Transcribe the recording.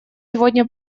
сегодня